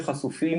חשופים,